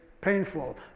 painful